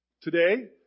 today